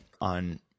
on